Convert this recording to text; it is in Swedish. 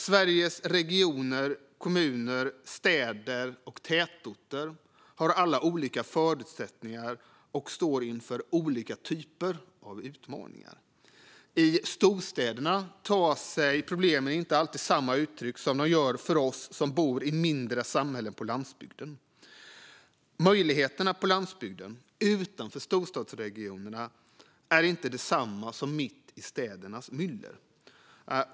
Sveriges regioner, kommuner, städer och tätorter har alla olika förutsättningar och står inför olika typer av utmaningar. I storstäderna tar sig problemen inte alltid samma uttryck som de gör för oss som bor i mindre samhällen på landsbygden. Möjligheterna på landsbygden, utanför storstadsregionerna, är inte desamma som mitt i städernas myller.